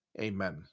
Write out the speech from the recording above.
amen